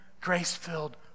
grace-filled